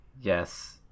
yes